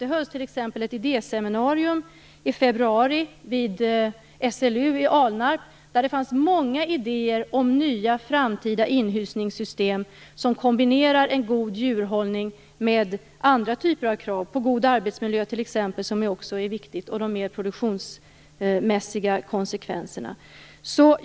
Det hölls t.ex. ett idéseminarium i februari vid SLU i Alnarp, och där fanns många idéer om nya framtida inhysningssystem som kombinerar en god djurhållning med andra typer av krav, t.ex. på god arbetsmiljö, som ju också är viktigt, och de mer produktionsmässiga konsekvenserna.